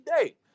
day